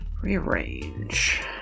rearrange